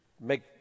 make